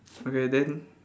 okay then